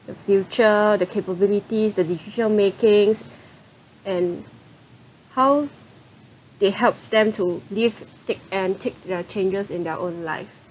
the future the capabilities the decision-makings and how they helps them to live take and take their changes in their own life